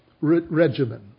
regimen